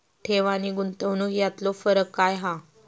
ठेव आनी गुंतवणूक यातलो फरक काय हा?